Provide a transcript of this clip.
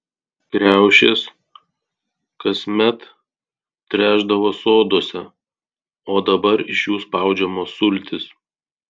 kriaušės kasmet trešdavo soduose o dabar iš jų spaudžiamos sultys